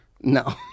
No